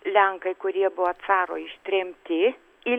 lenkai kurie buvo caro ištremti į